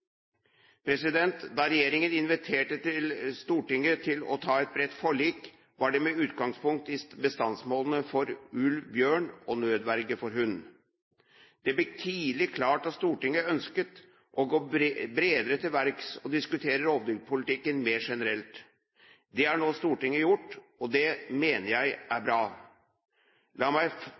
Da regjeringen inviterte Stortinget til å inngå et bredt forlik, var det med utgangspunkt i bestandsmålene for ulv, bjørn og nødverge for hund. Det ble tidlig klart at Stortinget ønsket å gå bredere til verks og diskutere rovdyrpolitikken mer generelt. Det har nå Stortinget gjort, og det mener jeg er bra. La meg